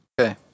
Okay